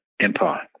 empire